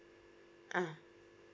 ah